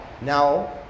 now